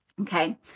okay